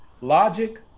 logic